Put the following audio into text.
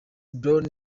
brown